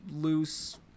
loose